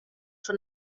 tro